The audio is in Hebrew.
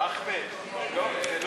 המשותפת וקבוצת סיעת מרצ לסעיף 5 לא נתקבלה.